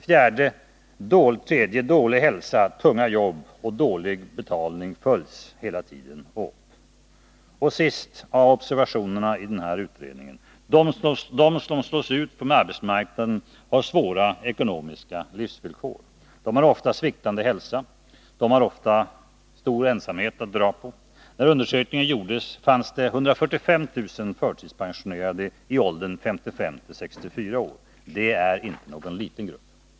För det tredje följs dålig hälsa, tunga jobb och dålig betalning hela tiden åt. Den sista av observationerna i den här utredningen talar om att de som slås ut från arbetsmarknaden har svåra ekonomiska livsvillkor; de har ofta sviktande hälsa, de är ofta ensamma. När undersökningen gjordes fanns det 145 000 förtidspensionerade i åldern 55-64 år. Det är inte någon liten grupp.